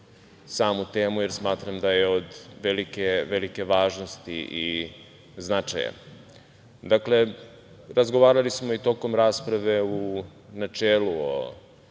samu temu, jer smatram da je od velike važnosti i značaja. Dakle, razgovarali smo i tokom rasprave u načelu o